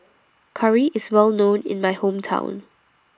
Curry IS Well known in My Hometown